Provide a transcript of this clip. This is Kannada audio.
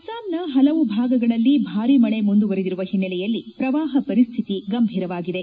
ಅಸ್ಲಾಂನ ಹಲವು ಭಾಗಗಳಲ್ಲಿ ಭಾರೀ ಮಳೆ ಮುಂದುವರೆದಿರುವ ಹಿನ್ನೆಲೆಯಲ್ಲಿ ಪ್ರವಾಹ ಪರಿಸ್ವಿತಿ ಗಂಭೀರವಾಗಿದೆ